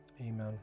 Amen